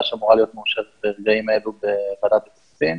שאמורה להיות מאושרת ברגעים אלה בוועדת הכספים.